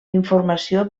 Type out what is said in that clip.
informació